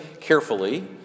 carefully